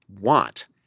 want